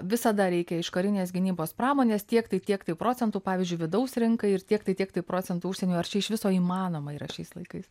visada reikia iš karinės gynybos pramonės tiek tai tiek tai procentų pavyzdžiui vidaus rinkai ir tiek tai tiek tai procentų užsieniui ar čia iš viso įmanoma yra šiais laikais